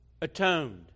atoned